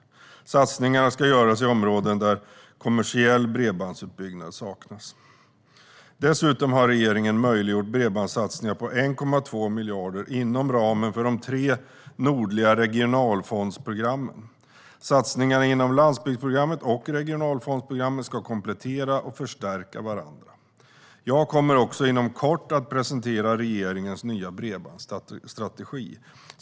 Satsningarna ska göras i områden där kommersiell bredbandsutbyggnad saknas. Dessutom har regeringen möjliggjort bredbandssatsningar på 1,2 miljarder inom ramen för de tre nordliga regionalfondsprogrammen. Satsningarna inom landsbygdsprogrammet och regionalfondsprogrammen ska komplettera och förstärka varandra. Jag kommer också inom kort att presentera regeringens nya bredbandsstrategi.